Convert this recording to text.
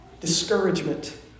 Discouragement